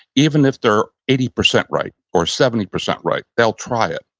even if they're eighty percent right or seventy percent right. they'll try it.